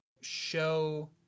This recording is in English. show